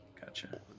Gotcha